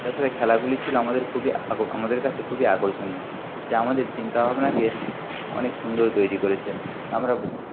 তাছাড়া খেলাগুলি ছিল আমাদের খুবই আকর আমাদের কাছে খুবই আকর্ষণীয় যা আমাদের চিন্তাভাবনাকে অনেক সুন্দর তৈরি করেছে আমরা